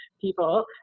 people